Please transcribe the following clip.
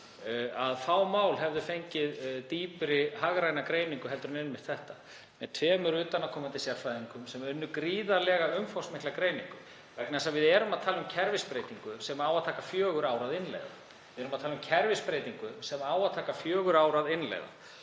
að fá mál hefðu fengið dýpri hagræna greiningu en einmitt þetta þar sem tveir utanaðkomandi sérfræðingar unnu gríðarlega umfangsmikla greiningu. Við erum að tala um kerfisbreytingu sem á að taka fjögur ár að innleiða.